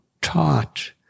taught